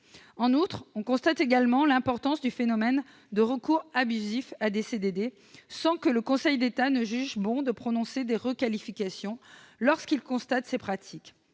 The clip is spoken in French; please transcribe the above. En outre, on constate également l'importance du phénomène de recours abusif à des CDD, sans que le Conseil d'État juge bon de prononcer des requalifications lorsqu'il constate ces pratiques.